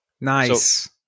Nice